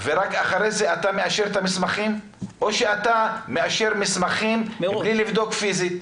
ורק אחרי זה אתה מאשר את המסמכים או שאתה מאשר מסמכים בלי לבדוק פיזית?